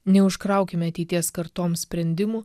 neužkraukime ateities kartoms sprendimų